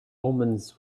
omens